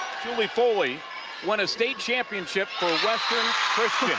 julie foley won a state championship for western christian.